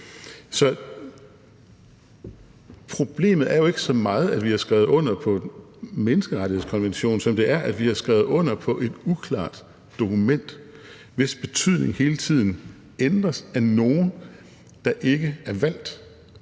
Så problemet er jo ikke så meget, at vi har skrevet under på menneskerettighedskonventionen, som det er, at vi har skrevet under på et uklart dokument, hvis betydning hele tiden ændres af nogle, der ikke er valgt